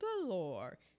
galore